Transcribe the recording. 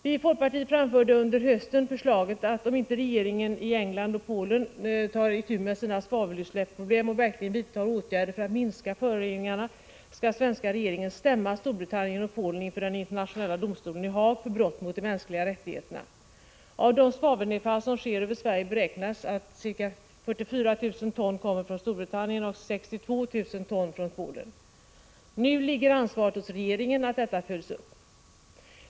Vi i folkpartiet framförde under hösten förslaget att om inte regeringarna i England och Polen tar itu med sina svavelutsläppsproblem och verkligen vidtar åtgärder för att minska föroreningarna skall svenska regeringen stämma Storbritannien och Polen inför den internationella domstolen i Haag för brott mot de mänskliga rättigheterna. Av det svavelnedfall som sker över Sverige beräknas 44 000 ton komma från Storbritannien och 62 000 ton från Polen. Nu ligger ansvaret hos regeringen att det hela följs upp.